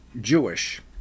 Jewish